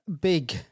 big